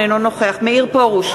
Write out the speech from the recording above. נגד מאיר פרוש,